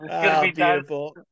beautiful